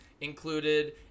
included